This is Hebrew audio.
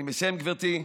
אני מסיים, גברתי.